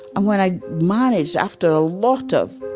and when i managed after a lot of,